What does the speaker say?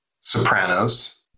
Sopranos